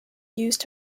used